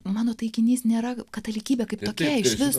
mano taikinys nėra katalikybė kaip tokia išvis